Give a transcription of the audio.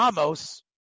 Amos